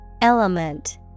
Element